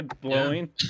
Blowing